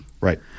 Right